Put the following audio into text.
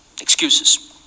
excuses